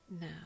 now